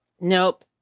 Nope